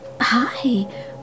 hi